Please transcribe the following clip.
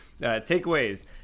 takeaways